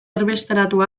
erbesteratu